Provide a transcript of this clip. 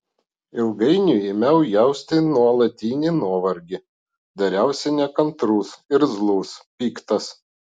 ilgainiui ėmiau jausti nuolatinį nuovargį dariausi nekantrus irzlus piktas